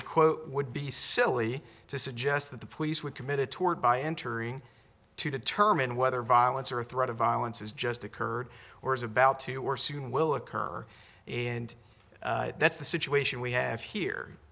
it would be silly to suggest that the police were committed toward by entering to determine whether violence or threat of violence has just occurred or is about to or soon will occur and that's the situation we have here